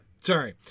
sorry